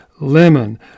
Lemon